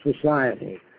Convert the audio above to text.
society